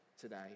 today